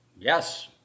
Yes